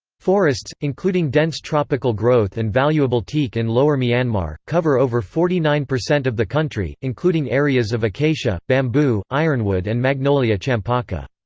forests, including dense tropical growth and valuable teak in lower myanmar, cover over forty nine percent of the country, including areas of acacia, bamboo, ironwood and magnolia champaca.